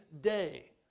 day